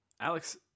Alex